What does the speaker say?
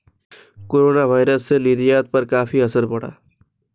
coronavirus से निर्यात पर काफी असर पड़ा